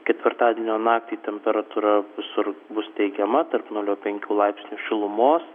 ketvirtadienio naktį temperatūra visur bus teigiama tarp nulio penkių laipsnių šilumos